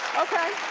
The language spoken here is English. okay.